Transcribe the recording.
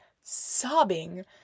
sobbing